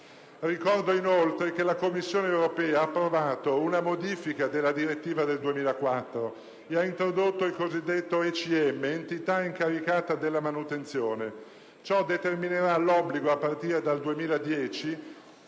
Ricordo inoltre che la Commissione europea ha approvato una modifica della direttiva del 2004 e ha introdotto il cosiddetto ECM, entità incaricata della manutenzione. Ciò determinerà l'obbligo, a partire dal 2010,